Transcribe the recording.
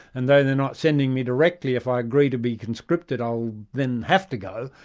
and though they're not sending me directly, if i agree to be conscripted, i'll then have to go.